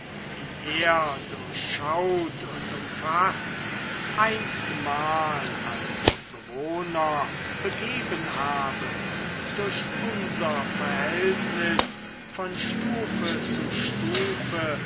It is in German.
die er durchschaut und umfaßt einstmals als bewohner begeben habe durch unser verhältnis von stufe zu stufe